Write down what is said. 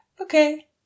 okay